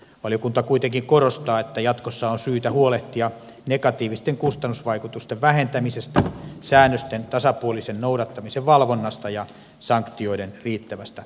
valiokunta kuitenkin korostaa että jatkossa on syytä huolehtia negatiivisten kustannusvaikutusten vähentämisestä säännösten tasapuolisen noudattamisen valvonnasta ja sanktioiden riittävästä tehokkuudesta